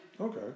Okay